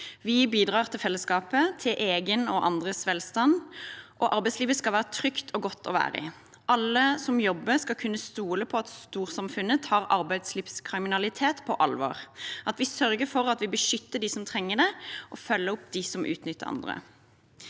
Vi bidrar til fellesskapet, til egen og andres velstand. Arbeidslivet skal være trygt og godt å være i. Alle som jobber, skal kunne stole på at storsamfunnet tar arbeidslivskriminalitet på alvor, at vi sørger for at vi beskytter dem som trenger det, og følger opp dem som utnytter andre.